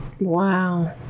Wow